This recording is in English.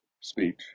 speech